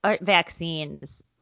vaccines